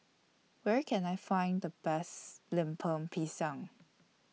Where Can I Find The Best Lemper Pisang